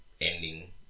ending